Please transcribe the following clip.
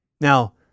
Now